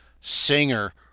singer